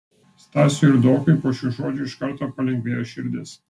stasiui rudokui po šių žodžių iš karto palengvėjo širdis